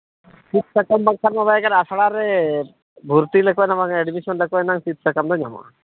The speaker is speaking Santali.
ᱥᱤᱫ ᱥᱟᱠᱟᱢ ᱚᱱᱠᱟ ᱫᱚ ᱵᱟᱭ ᱜᱟᱱᱚᱜᱼᱟ ᱟᱥᱲᱟ ᱨᱮ ᱵᱷᱚᱨᱛᱤ ᱞᱮᱠᱷᱟᱱ ᱫᱚ ᱵᱟᱝᱜᱮ ᱟᱹᱰᱤ ᱠᱤᱪᱷᱩ ᱠᱚᱨᱮ ᱟᱱᱟᱝ ᱥᱤᱫ ᱥᱟᱠᱟᱢ ᱫᱚ ᱧᱟᱢᱚᱜᱼᱟ